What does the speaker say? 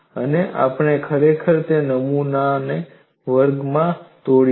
અને આપણે ખરેખર તે નમૂનાને વર્ગમાં તોડીશું